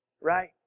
right